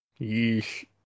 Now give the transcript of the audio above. Yeesh